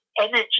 energy